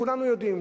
כולנו יודעים,